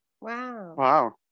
Wow